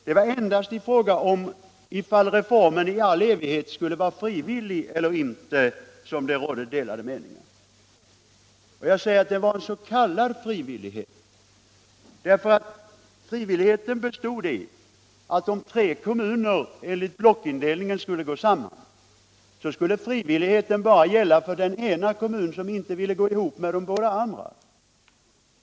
Det var endast i frågan om kommunsammanläggningar skulle ske frivilligt eller inte som det rådde delade meningar. Och jag hävdar att det rörde sig om s.k. frivillighet därför att om tre kommuner skulle gå samman enligt blockindelningsprincipen, så skulle frivilligheten bara gälla för den kommun som inte ville gå ihop med de båda andra.